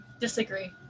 Disagree